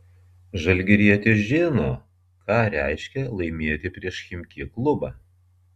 žalgirietis žino ką reiškia laimėti prieš chimki klubą